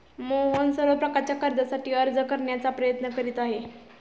मोहन सर्व प्रकारच्या कर्जासाठी अर्ज करण्याचा प्रयत्न करीत आहे